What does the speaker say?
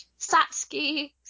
Satsuki